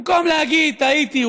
במקום להגיד: טעיתי,